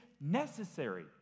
necessary